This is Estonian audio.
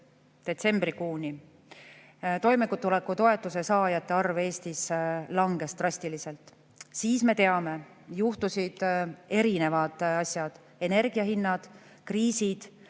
detsembrikuuni toimetulekutoetuse saajate arv Eestis langes drastiliselt. Siis, me teame, juhtusid erinevad asjad: energiahinnad, kriisid,